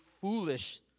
foolish